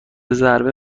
ضربه